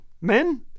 Men